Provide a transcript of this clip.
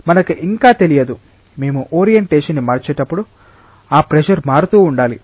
మనకు ఇంకా తెలియదు మేము ఓరియంటేషన్ ని మార్చేటప్పుడు ఆ ప్రెషర్ మారుతూ ఉండాలి